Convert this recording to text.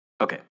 Okay